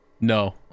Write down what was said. No